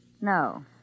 No